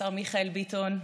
השר מיכאל ביטון,